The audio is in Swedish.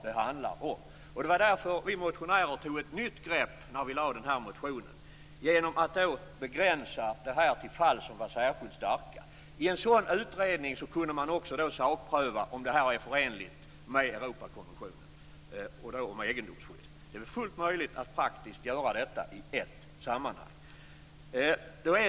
Vi motionärer tog när vi väckte vår motion ett nytt grepp genom att begränsa förslaget till fall som är särskilt starka. I en utredning skulle man kunna sakpröva om det här är förenligt med Europakonventionens egendomsskydd. Det är praktiskt fullt möjligt att göra detta i ett sammanhang.